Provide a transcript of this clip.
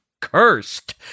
cursed